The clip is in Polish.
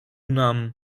nam